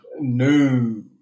No